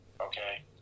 okay